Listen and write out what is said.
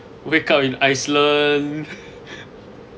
wake up in iceland